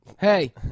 Hey